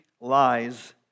lies